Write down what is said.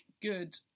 good